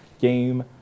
Game